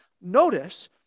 notice